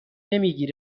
نمیگی